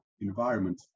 environment